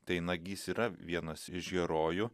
tai nagys yra vienas iš herojų